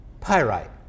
Pyrite